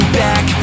back